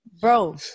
Bro